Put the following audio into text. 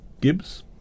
Gibbs